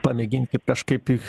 pamėginkit kažkaip